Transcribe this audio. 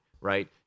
right